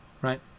right